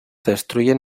destruyen